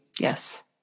yes